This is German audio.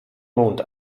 mond